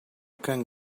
can